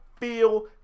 feel